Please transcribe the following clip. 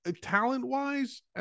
talent-wise